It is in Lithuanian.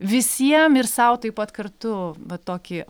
visiem ir sau taip pat kartu tokį